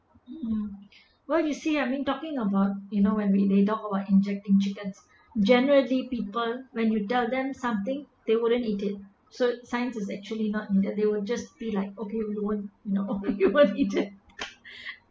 what you see I mean talking about you know when we when they talk about injecting chickens generally people when you tell them something they wouldn't eat it so science is actually not needed they would just be like okay you won't you know you won't eat it